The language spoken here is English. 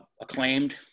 acclaimed